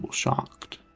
Shocked